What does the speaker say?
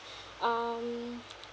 um